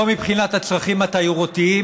לא מבחינת הצרכים התיירותיים,